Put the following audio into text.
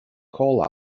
call